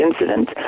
incident